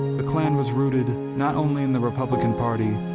the klan was rooted not only in the republican party,